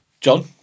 John